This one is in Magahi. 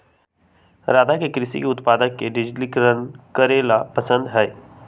राघव के कृषि उत्पादक के डिजिटलीकरण करे ला पसंद हई